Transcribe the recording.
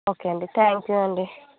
okay అండి thank you అండి